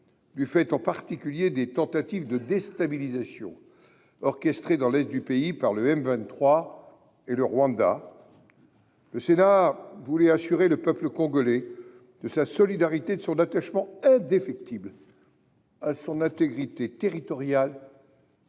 du fait, en particulier, des tentatives de déstabilisation orchestrées dans l’est du pays par le Mouvement du 23 mars (M23) et le Rwanda, le Sénat assure le peuple congolais de sa solidarité et de son attachement indéfectible à son intégrité territoriale